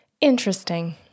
Interesting